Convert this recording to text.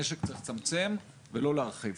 נשק צריך לצמצם ולא להרחיב.